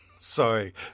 Sorry